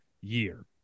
year